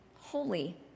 holy